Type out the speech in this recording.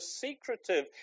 secretive